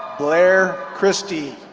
blair kristy.